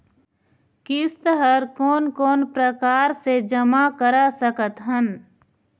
किस्त हर कोन कोन प्रकार से जमा करा सकत हन?